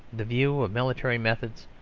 the view of military methods,